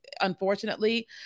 unfortunately